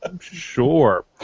Sure